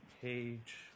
page